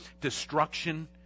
destruction